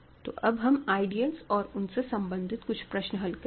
तो अब हम आइडियलस और उनसे संबंधित कुछ प्रश्न हल करते हैं